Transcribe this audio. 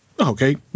Okay